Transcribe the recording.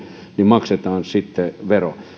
maksetaan vero